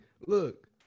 Look